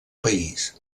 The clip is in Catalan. país